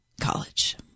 College